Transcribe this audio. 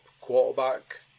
quarterback